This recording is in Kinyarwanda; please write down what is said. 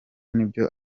n’ibyo